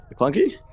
clunky